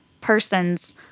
person's